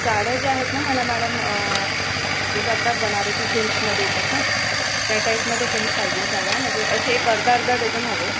साड्या ज्या आहेत ना मला मॅडम जसं आता बनारसी सिल्कमध्ये येतात ना त्या टाइपमध्ये काही पाहिजेत साड्या म्हणजे अशी एक अर्धा अर्धा डजन हवे आहे